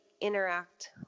interact